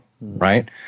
right